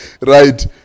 right